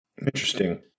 Interesting